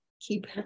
keep